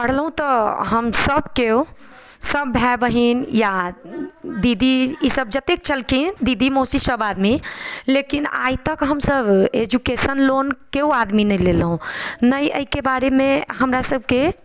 पढ़लहुँ तऽ हमसब किओ सब भाइ बहिन या दीदी ईसब जतेक छलखिन दीदी मौसीसब आदमी लेकिन आइ तक हमसब एजुकेशन लोन किओ आदमी नहि लेलहुँ नहि एहिके बारेमे हमरा सबके